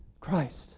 Christ